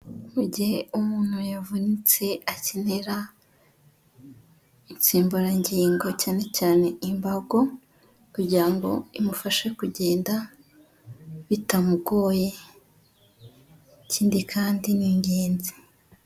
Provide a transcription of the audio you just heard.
Mu gihe umuntu yavunitse akenera insimburangingo cyane cyane imbago kugira ngo imufashe kugenda bitamugoye, ikindi kandi ni ingenzi.